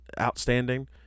outstanding